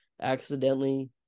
accidentally